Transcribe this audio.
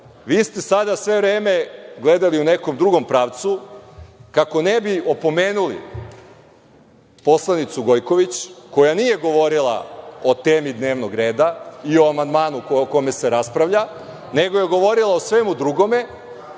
Vi ste sada sve vreme gledali u nekom drugom pravcu kako ne bi opomenuli poslanicu Gojković, koja nije govorila o temi dnevnog reda i o amandmanu o kome se raspravlja, nego je govorila o svemu drugome